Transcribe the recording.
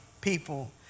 people